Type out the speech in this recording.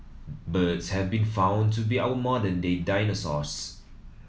birds have been found to be our modern day dinosaurs